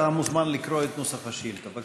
אתה מוזמן לקרוא את נוסח השאילתה.